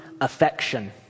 affection